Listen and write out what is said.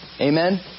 Amen